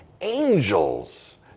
Angels